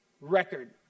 record